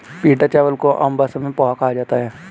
पीटा चावल को आम भाषा में पोहा कहा जाता है